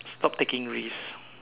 stop taking risks